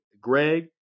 Greg